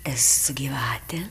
esu gyvatė